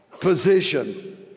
position